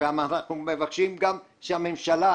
אנחנו מבקשים גם שהממשלה,